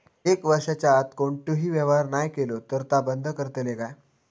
एक वर्षाच्या आत कोणतोही व्यवहार नाय केलो तर ता बंद करतले काय?